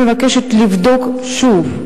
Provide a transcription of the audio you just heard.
אני מבקשת לבדוק שוב: